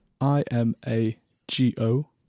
I-M-A-G-O